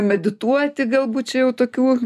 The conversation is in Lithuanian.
medituoti gal būt čia jau tokių